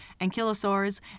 ankylosaurs